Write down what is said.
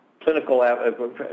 clinical